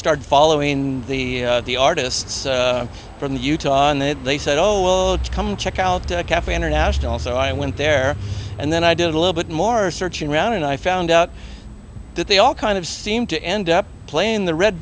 started following the the artists from the utah and then they said oh well come check out the cafe international so i went there and then i did a little bit more searching around and i found out that they all kind of seem to end up playing the red